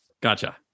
Gotcha